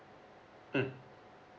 mm